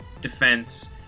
defense